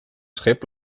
schip